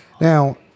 Now